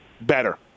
better